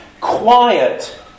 quiet